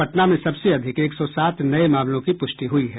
पटना में सबसे अधिक एक सौ सात नये मामलों की पुष्टि हुई है